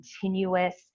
continuous